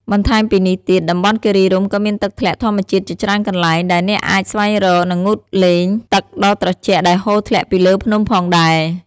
បន្ថែមពីនេះទៀត តំបន់គិរីរម្យក៏មានទឹកធ្លាក់ធម្មជាតិជាច្រើនកន្លែង ដែលអ្នកអាចស្វែងរក និងងូតលេងទឹកដ៏ត្រជាក់ដែលហូរធ្លាក់ពីលើភ្នំផងដែរ។